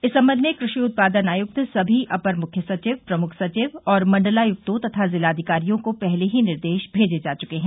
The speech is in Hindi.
इस संबंध में कृषि उत्पादन आयुक्त सभी अपर मुख्य सचिव प्रमुख सचिव और मंडलायुक्तों तथा जिलाधिकारियों को पहले ही निर्देश भेजे जा चुके हैं